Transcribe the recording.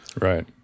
Right